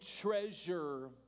treasure